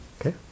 Okay